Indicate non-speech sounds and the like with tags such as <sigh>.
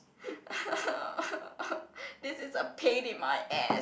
<laughs> this is a pain in my ass